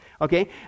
Okay